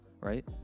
right